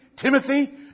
Timothy